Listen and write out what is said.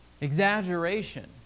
exaggeration